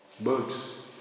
Birds